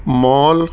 mall